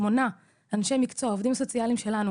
שמונה אנשי מקצוע עובדים סוציאליים שלנו